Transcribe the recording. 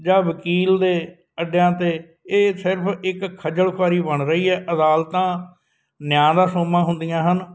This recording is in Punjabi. ਜਾਂ ਵਕੀਲ ਦੇ ਅੱਡਿਆਂ 'ਤੇ ਇਹ ਸਿਰਫ ਇੱਕ ਖਜਲ ਖਵਾਰੀ ਬਣ ਰਹੀ ਹੈ ਅਦਾਲਤਾਂ ਨਿਆਂ ਦਾ ਸੋਮਾ ਹੁੰਦੀਆਂ ਹਨ